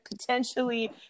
potentially